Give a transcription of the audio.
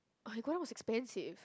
oh Iguana was expensive